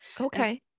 Okay